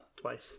twice